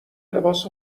لباس